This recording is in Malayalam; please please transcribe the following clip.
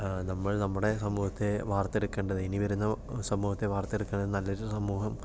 നമ്മൾ നമ്മുടെ സമൂഹത്തെ വാർത്തെടുക്കേണ്ടത് ഇനി വരുന്ന സമൂഹത്തെ വാർത്തെടുക്കാൻ നല്ലൊരു സമൂഹം